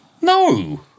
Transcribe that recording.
No